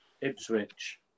Ipswich